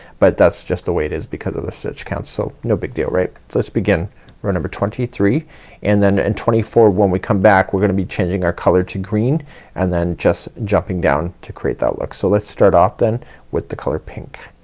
but that's just the way it is because of the stitch counts. so no big deal, right? so let's begin row number twenty three and then in twenty four when we come back we're gonna be changing our color to green and then just jumping down to create that look. so let's start off then with the color pink.